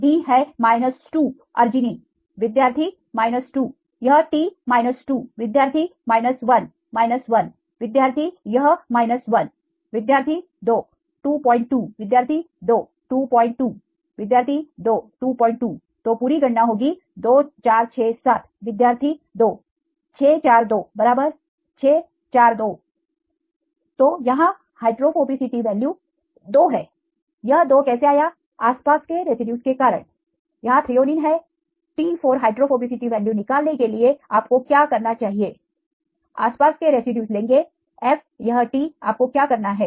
D है 2 Arginine विद्यार्थी 2 यह T 2 विद्यार्थी 1 1 विद्यार्थी यह 1 विद्यार्थी 2 22 विद्यार्थी 2 2 2 विद्यार्थी 2 2 2 तो पूरी गणना होगी 2467 विद्यार्थी 2 6 4 2 right 6 4 2 बराबर तो यहां हाइड्रोफोबिसिटी वैल्यू 2 है यह 2 कैसे आया आसपास के रेसिड्यूज के कारण यहां Threonine है T4 हाइड्रोफोबिसिटी वैल्यू निकालने के लिए आपको क्या करना चाहिए आसपास के रेसिड्यूज लेंगे f यह T आपको क्या करना है